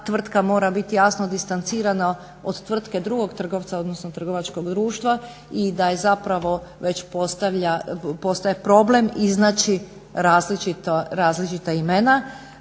tvrtka mora biti jasno distancirana od tvrtke drugog trgovca, odnosno trgovačkog društva i da zapravo već postaje problem iznaći različita imena,